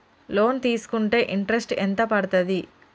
Loan తీస్కుంటే interest ఎంత పడ్తది?